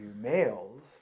males